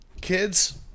Kids